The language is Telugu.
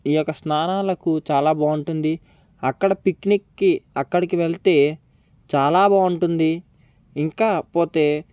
ఈ యొక్క స్నానాలకు చాలా బాగుంటుంది అక్కడ పిక్నిక్కి అక్కడికి వెళ్తే చాలా బాగుంటుంది ఇంకా పోతే